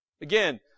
Again